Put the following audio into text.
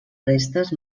restes